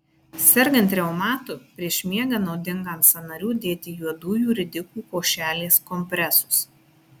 sergant reumatu prieš miegą naudinga ant sąnarių dėti juodųjų ridikų košelės kompresus